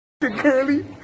Curly